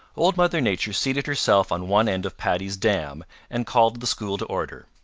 old mother nature seated herself on one end of paddy's dam and called the school to order.